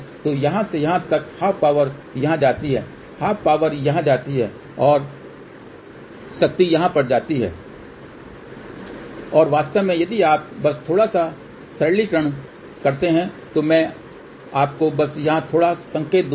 तो यहाँ से तब ½ पावर यहाँ जाती है ½ पावर यहाँ जाती है और goes शक्ति यहाँ पर जाती है और वास्तव में यदि आप बस थोड़ा सा सरलीकरण करते हैं तो मैं आपको बस यहाँ थोड़ा संकेत दूंगा